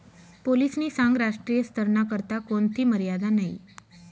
पोलीसनी सांगं राष्ट्रीय स्तरना करता कोणथी मर्यादा नयी